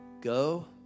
Go